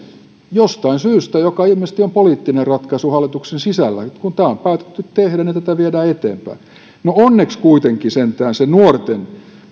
jostain syystä joka ilmeisesti on poliittinen ratkaisu hallituksen sisällä kun tämä on päätetty tehdä tätä viedään eteenpäin no onneksi kuitenkin sentään se nuorten